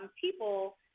people